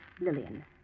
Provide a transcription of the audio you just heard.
Lillian